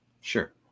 Sure